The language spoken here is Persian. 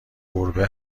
گربه